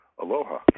Aloha